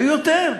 היה יותר.